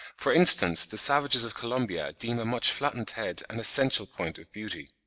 for instance, the savages of colombia deem a much flattened head an essential point of beauty.